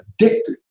addicted